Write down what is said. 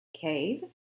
cave